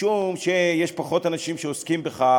משום שפחות אנשים עוסקים בכך,